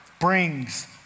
brings